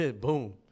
Boom